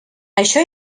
això